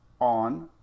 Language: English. on